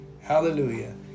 Hallelujah